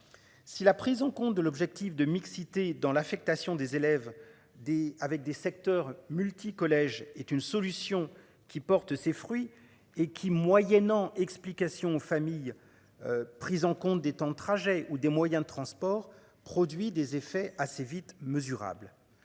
Si la prise en compte de l'objectif de mixité dans l'affectation des élèves des avec des secteurs multi-collèges est une solution qui porte ses fruits et qui moyennant explications famille. Prise en compte des temps de trajet ou des moyens de transport produit des effets assez vite mesurable.